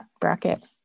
bracket